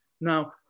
Now